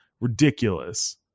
Ridiculous